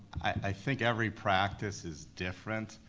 i think every practice is different.